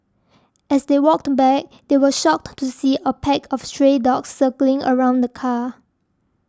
as they walked back they were shocked to see a pack of stray dogs circling around the car